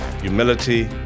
humility